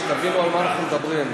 שתבינו על מה אנחנו מדברים.